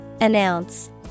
Announce